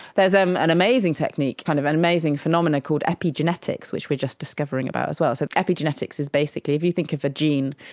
there's um an amazing technique, kind of an amazing phenomena called epigenetics which we are just discovering about as well, so epigenetics is basically, if you think of a gene,